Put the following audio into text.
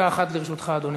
דקה אחת לרשותך, אדוני.